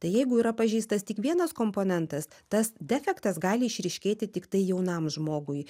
tai jeigu yra pažeistas tik vienas komponentas tas defektas gali išryškėti tik tai jaunam žmogui